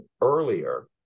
earlier